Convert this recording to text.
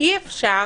אי-אפשר